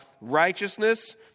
righteousness